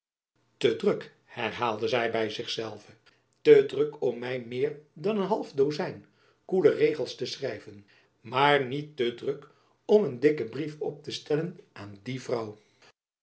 te druk herhaalde zy by zich zelve te druk om my meer dan een half dozijn koele regels te schrijven maar niet te druk om een dikken brief op te stellen aan die vrouw